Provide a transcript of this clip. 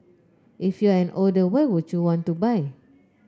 if you're an older why would you want to buy